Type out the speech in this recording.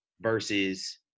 Versus